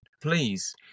please